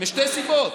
משתי סיבות,